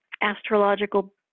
astrological